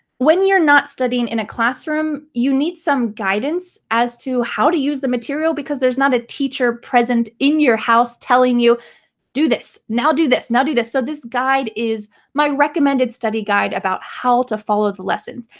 when you're not studying in a classroom you need some guidance as to how to use the material because there's not a teacher present in your house telling you do this, now do this, now do this. so this guide is my recommended study guide about how to follow the lessons.